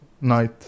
night